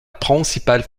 principale